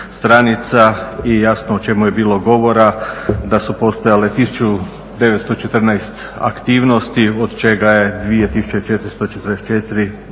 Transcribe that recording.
i jasno o čemu je bilo govora, da su postojale 1914 aktivnosti, od čega je 2444